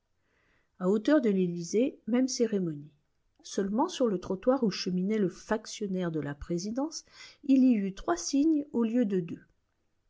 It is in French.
à hauteur de l'élysée même cérémonie seulement sur le trottoir où cheminait le factionnaire de la présidence il y eut trois signes au lieu de deux